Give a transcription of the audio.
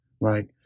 right